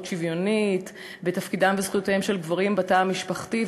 שוויונית ותפקידם וזכויותיהם של גברים בתא המשפחתי,